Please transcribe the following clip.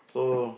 so